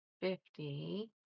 fifty